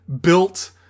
built